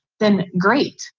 then great,